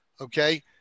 okay